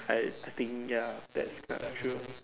I I think ya that's quite true